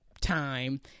time